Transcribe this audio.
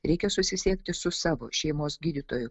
reikia susisiekti su savo šeimos gydytoju